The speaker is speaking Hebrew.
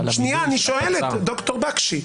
אני שואל את ד"ר בקשי.